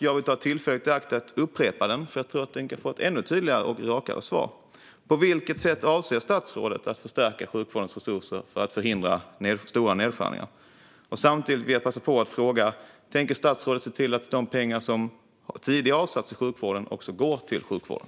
Jag vill ta tillfället i akt att upprepa den, för jag tror att den kan få ett ännu tydligare och rakare svar. På vilket sätt avser statsrådet att förstärka sjukvårdens resurser för att förhindra stora nedskärningar? Samtidigt vill jag passa på att fråga: Tänker statsrådet se till att de pengar som tidigare har avsatts för sjukvården också går till sjukvården?